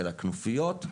של הכנופיות,